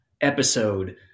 episode